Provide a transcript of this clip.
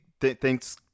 thanks